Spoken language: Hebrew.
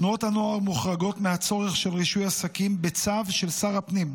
תנועות הנוער מוחרגות מהצורך של רישוי עסקים בצו של שר הפנים.